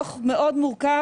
זהו דו"ח מאוד מורכב,